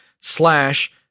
slash